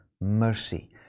mercy